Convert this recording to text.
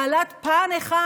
בעלת פן אחד.